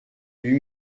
lui